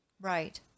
Right